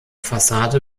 fassade